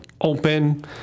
open